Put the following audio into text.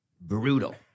Brutal